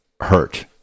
hurt